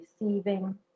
receiving